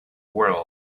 world